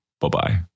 Bye-bye